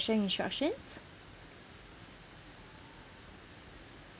~cial instructions